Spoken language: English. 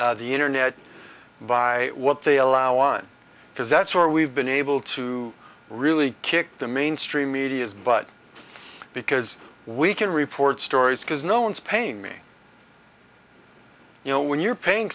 end the internet by what they allow on because that's where we've been able to really kick the mainstream media's but because we can report stories because no one's paying me you know when you're paying